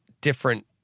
different